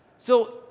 so,